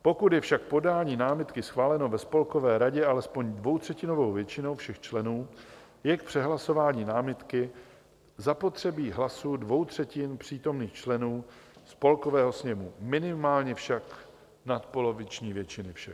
Pokud je však podání námitky schváleno ve Spolkové radě alespoň dvoutřetinovou většinou všech členů, je k přehlasování námitky zapotřebí hlasů dvou třetin přítomných členů Spolkového sněmu, minimálně však nadpoloviční většiny všech.